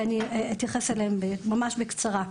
ואני אתייחס אליהם ממש בקצרה,